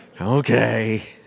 Okay